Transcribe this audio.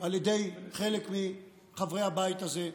על ידי חלק מחברי הבית הזה,